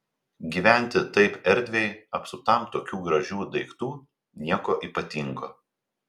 gyventi taip erdviai apsuptam tokių gražių daiktų nieko ypatingo